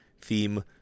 theme